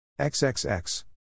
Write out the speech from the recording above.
XXX